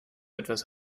etwas